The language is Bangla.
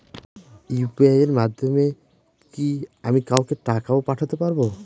ইউ.পি.আই এর মাধ্যমে কি আমি কাউকে টাকা ও পাঠাতে পারবো?